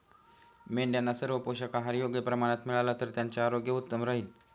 मेंढ्यांना सर्व पोषक आहार योग्य प्रमाणात मिळाला तर त्यांचे आरोग्य उत्तम राहील